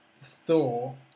Thor